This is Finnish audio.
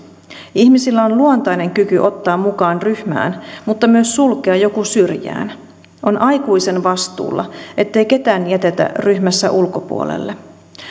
ihmisillä on luontainen kyky ottaa mukaan ryhmään mutta myös sulkea joku syrjään on aikuisen vastuulla ettei ketään jätetä ryhmässä ulkopuolelle